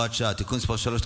הוראת שעה) (תיקון מס' 3),